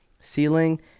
ceiling